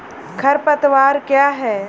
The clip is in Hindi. खरपतवार क्या है?